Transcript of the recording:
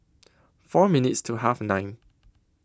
four minutes to Half nine